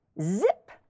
Zip